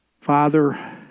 Father